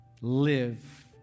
live